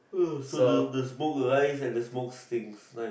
so the the smoke rise and the smoke stinks nice